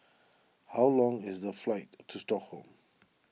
how long is the flight to Stockholm